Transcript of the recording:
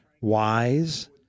wise